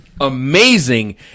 amazing